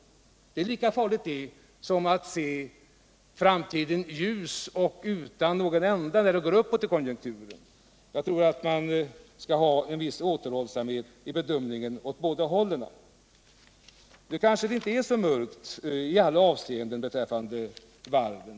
Det är lika farligt som att se framtiden ljus och utan någon ände när det går uppåt i konjunkturen. Jag tror att man i bedömningen skall ha en viss återhållsamhet åt båda hållen. Det kanske inte är så mörkt i alla avseenden beträffande varven.